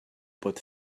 pot